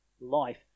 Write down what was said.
life